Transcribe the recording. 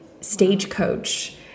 Stagecoach